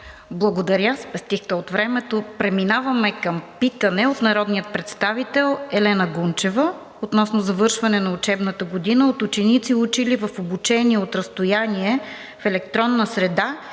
Благодаря, спестихте от времето. Преминаваме към питане от народния представител Елена Гунчева относно завършване на учебната година от ученици, учили в обучение от разстояние в електронна среда,